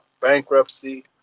bankruptcy